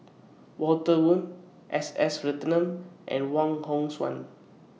Walter Woon S S Ratnam and Wong Hong Suen